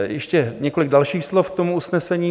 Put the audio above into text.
Ještě několik dalších slov k tomu usnesení.